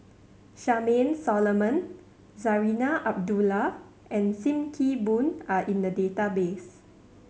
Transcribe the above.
Charmaine Solomon Zarinah Abdullah and Sim Kee Boon are in the database